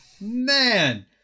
man